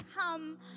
Come